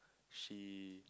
she